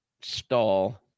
stall